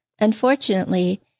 Unfortunately